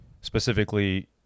Specifically